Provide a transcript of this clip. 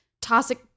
toxic